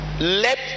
Let